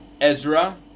Ezra